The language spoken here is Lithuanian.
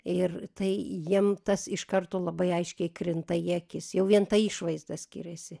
ir tai jiem tas iš karto labai aiškiai krinta į akis jau vien ta išvaizda skiriasi